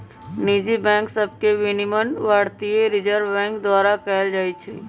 निजी बैंक सभके विनियमन भारतीय रिजर्व बैंक द्वारा कएल जाइ छइ